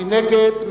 מי נגד?